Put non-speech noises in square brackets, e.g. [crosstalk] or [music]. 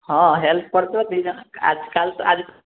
ହଁ ହେଲ୍ପ କରୁଛୁ [unintelligible]